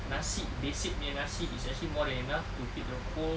nasi basic punya nasi is actually more than enough to feed the whole